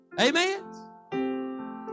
Amen